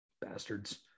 bastards